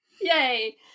Yay